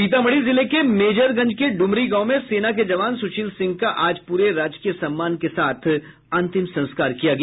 सीतामढ़ी जिले के मेजरगंज के ड्मरी गांव में सेना के जवान सुशील सिंह का आज प्रे राजकीय सम्मान के साथ अंतिम संस्कार किया गया